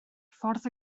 ffordd